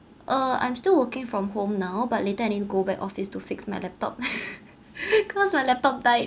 uh I'm still working from home now but later I need to go back office to fix my laptop cause my laptop died